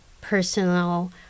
personal